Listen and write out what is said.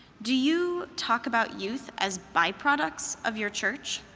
do you talk about youth as by products of your church?